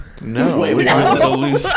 No